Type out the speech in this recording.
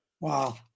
Wow